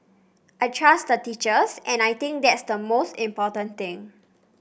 I trust the teachers and I think that's the most important thing